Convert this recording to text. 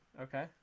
Okay